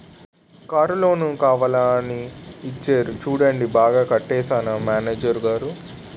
Car loan కావాలా అని మరీ ఇచ్చేరు చూడండి బాగా కట్టేశానా మేనేజరు గారూ?